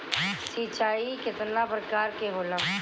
सिंचाई केतना प्रकार के होला?